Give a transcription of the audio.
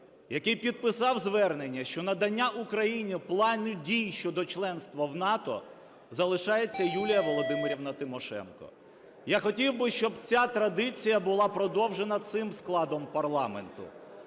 який підписав звернення, що надання Україні Плану дій щодо членства в НАТО, залишається Юлія Володимирівна Тимошенко. Я б хотів, щоб ця традиція була продовжена цим складом парламенту.